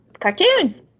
cartoons